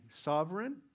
sovereign